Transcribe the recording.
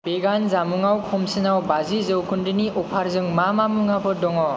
भेगान जामुंआव खमसिनाव बाजि जौ खोन्दोनि अफारजों मा मा मुवाफोर दङ